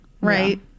right